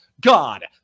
god